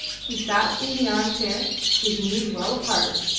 he sat in the arm-chair, his knees well apart,